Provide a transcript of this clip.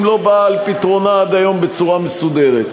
לא באה על פתרונה עד היום בצורה מסודרת,